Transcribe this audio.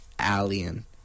Alien